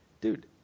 dude